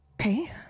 Okay